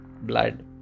blood